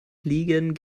liegen